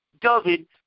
David